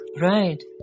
Right